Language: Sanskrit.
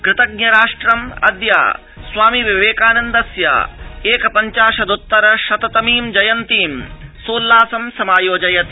कृतज्ञ राष्ट्रम् अद्य स्वामि विवेकानन्दस्य एक पञ्चाशद्तर शत तर्मी जयन्ती सोल्लासं समायोजयति